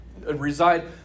reside